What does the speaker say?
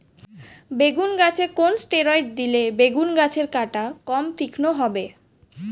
বেগুন গাছে কোন ষ্টেরয়েড দিলে বেগু গাছের কাঁটা কম তীক্ষ্ন হবে?